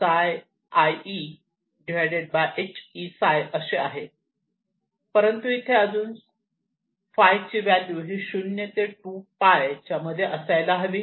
परंतु इथे अजून φ ची व्हॅल्यू ही 0 ते 2π च्या मध्ये असायला हवी